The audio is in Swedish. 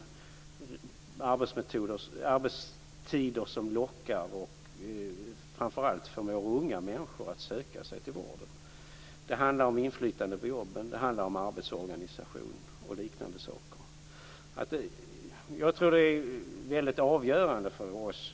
Det måste vara arbetstider som lockar och förmår unga människor att söka sig till vården. Det handlar om inflytande på jobben, arbetsorganisation och liknande saker.